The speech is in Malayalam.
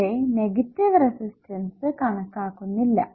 ഇവിടെ നെഗറ്റീവ് റെസിസ്റ്റൻസ് കണക്കാക്കുന്നില്ല